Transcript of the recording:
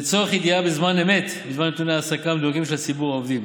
לצורך ידיעה בזמן אמת על נתוני ההעסקה המדויקים של העובדים,